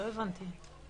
לא הבנתי.